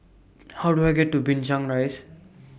How Do I get to Binchang Rise